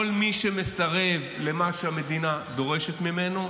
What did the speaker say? כל מי שמסרב למה שהמדינה דורשת ממנו,